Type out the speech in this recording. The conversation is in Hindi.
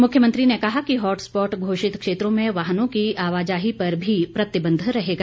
मुख्यमंत्री ने कहा कि हॉटस्पॉट घोषित क्षेत्रों में वाहनों की आवाजाही पर भी प्रतिबंध रहेगा